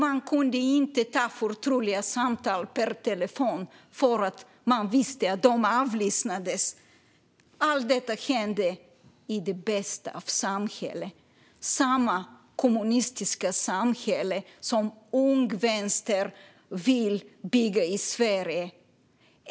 Man kunde inte föra förtroliga samtal per telefon, för man visste att de avlyssnades. Allt detta hände i det bästa av samhällen - samma kommunistiska samhälle som Ung Vänster vill bygga i Sverige.